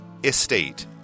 estate